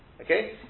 Okay